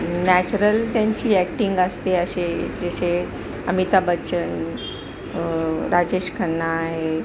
natural त्यांची acting असते असे जसे अमिताभ बच्चन राजेश खन्ना आहे